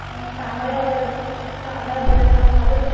ऐं शाम जो अगरि अची शाम जो अगरि अचांव त हलेव